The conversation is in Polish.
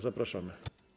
Zapraszamy.